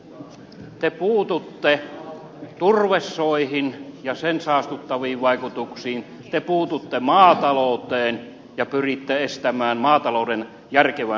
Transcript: te puututte turvesoihin ja niiden saastuttaviin vaikutuksiin te puututte maatalouteen ja pyritte estämään maatalouden järkevän harjoittamisen